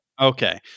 okay